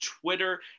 Twitter